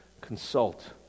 consult